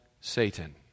Satan